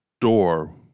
door